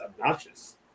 obnoxious